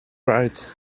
right